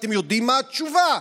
אתם יודעים מה התשובה?